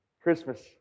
Christmas